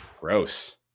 Gross